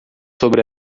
sobre